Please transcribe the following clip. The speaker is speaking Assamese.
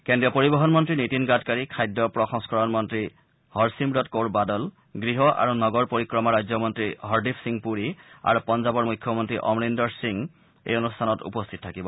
কেন্দ্ৰীয় পৰিবহন মন্ত্ৰী নীতিন গাডকাৰী খাদ্য প্ৰসংস্কৰণ মন্তী হৰচিমৰত কৌৰ বাদল গৃহ আৰু নগৰ পৰিক্ৰমা ৰাজ্যমন্তী হৰদীপ সিং পুৰী আৰু পঞ্জাৱৰ মুখ্যমন্ত্ৰী অমৰিন্দৰ সিং এই অনুষ্ঠানত উপস্থিত থাকিব